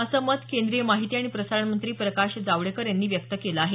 असं मत केंद्रीय माहिती आणि प्रसारण मंत्री प्रकाश जावडेकर यांनी व्यक्त केलं आहे